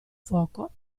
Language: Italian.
fuoco